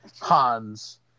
Hans